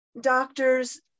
doctors